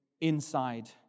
inside